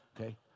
Okay